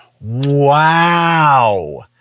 Wow